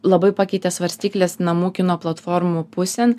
labai pakeitė svarstykles namų kino platformų pusėn